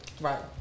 Right